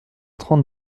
trente